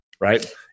right